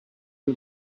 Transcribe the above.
who